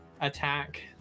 attack